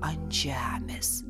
ant žemės